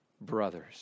brothers